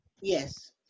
Yes